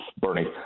Bernie